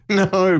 no